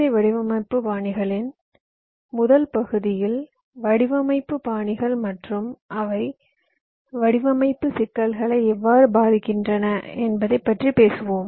ஐ வடிவமைப்பு பாணிகளின் முதல் பகுதியில் வடிவமைப்பு பாணிகள் மற்றும் அவை வடிவமைப்பு சிக்கல்களை எவ்வாறு பாதிக்கின்றன என்பதைப் பற்றி பேசுவோம்